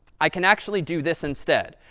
i can actually do this instead.